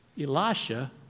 Elisha